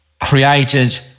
created